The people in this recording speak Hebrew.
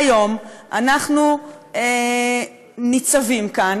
והיום אנחנו ניצבים כאן,